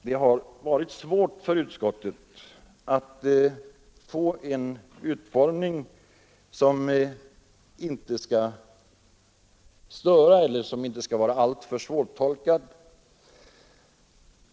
Det har varit svårt för utskottet att få en utformning av lagen som inte skall störa eller bli alltför svårtolkad.